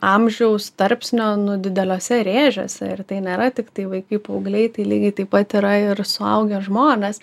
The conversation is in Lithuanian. amžiaus tarpsnio nu dideliuose rėžiuose ir tai nėra tiktai vaikai paaugliai tai lygiai taip pat yra ir suaugę žmonės